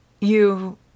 you—